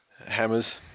Hammers